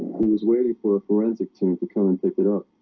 he was waiting for a forensic team to come and pick it up.